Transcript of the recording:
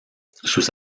sus